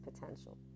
potential